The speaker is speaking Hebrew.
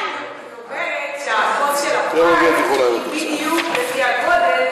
אני אומרת שהכוס של הפיינט היא בדיוק לפי הגודל,